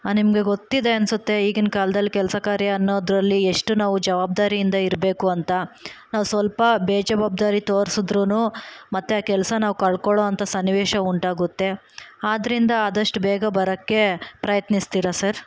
ಹಾನ್ ನಿಮಗೆ ಗೊತ್ತಿದೆ ಅನ್ಸುತ್ತೆ ಈಗಿನ ಕಾಲದಲ್ಲಿ ಕೆಲಸ ಕಾರ್ಯ ಅನ್ನೋದರಲ್ಲಿ ಏಷ್ಟು ನಾವು ಜವಾಬ್ದಾರಿಯಿಂದ ಇರಬೇಕು ಅಂತ ನಾವು ಸ್ವಲ್ಪ ಬೇಜವಾಬ್ದಾರಿ ತೋರಿಸಿದ್ರೂನು ಮತ್ತೆ ಕೆಲಸನ ನಾವು ಕಳ್ಕೊಳ್ಳೋ ಅಂತ ಸನ್ನಿವೇಷ ಉಂಟಾಗುತ್ತೆ ಆದ್ರಿಂದ ಆದಷ್ಟು ಬೇಗ ಬರೋಕ್ಕೆ ಪ್ರಯತ್ನಿಸ್ತೀರಾ ಸರ್